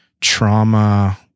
trauma